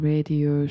Radio